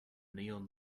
neon